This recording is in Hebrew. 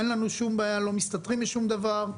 אין לנו שום בעיה, לא מסתתרים משום דבר,